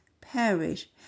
perish